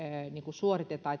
suoritetaan